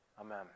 Amen